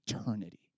eternity